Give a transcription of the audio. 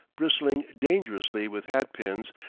bristling dangerously with hat pins,